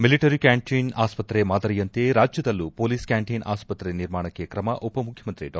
military canteen ಆಸ್ತ್ರೆ ಮಾದರಿಯಂತೆ ರಾಜ್ಯದಲ್ಲೂ ಪೊಲೀಸ್ ಕ್ಕಾಂಟಿನ್ ಆಸ್ತ್ರೆ ನಿರ್ಮಾಣಕ್ಕೆ ಕ್ರಮ ಉಪ ಮುಖ್ಯಮಂತ್ರಿ ಡಾ